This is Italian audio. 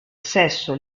sesso